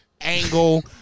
angle